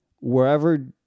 wherever